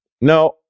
No